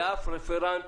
באף רפרנט